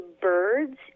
birds